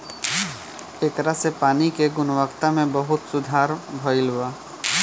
ऐकरा से पानी के गुणवत्ता में बहुते सुधार भईल बा